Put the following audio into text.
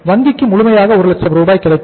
வங்கிக்கு முழுமையாக 1 லட்சம் ரூபாய் கிடைக்கும்